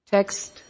Text